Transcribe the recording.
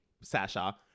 Sasha